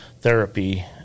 therapy